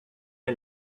est